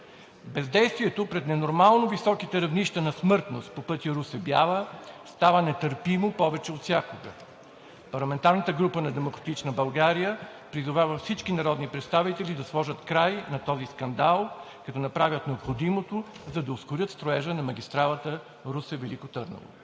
Бездействието пред ненормално високите равнища на смъртност по пътя Русе – Бяла става нетърпимо повече от всякога. Парламентарната група на „Демократична България“ призовава всички народни представители да сложат край на този скандал, като направят необходимото, за да ускорят строежа на магистралата Русе – Велико Търново.